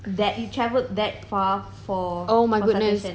that you travelled that far for for submission